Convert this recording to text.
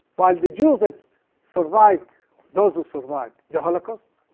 while the jews have survived those who survived the holocaust,